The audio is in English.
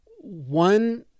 One